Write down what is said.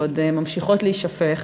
ועוד ממשיכות להישפך,